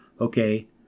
okay